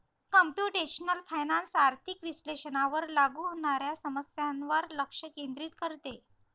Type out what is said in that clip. computational finance आर्थिक विश्लेषणावर लागू होणाऱ्या समस्यांवर लक्ष केंद्रित करते